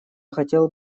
хотел